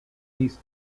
east